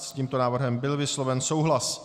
S tímto návrhem byl vysloven souhlas.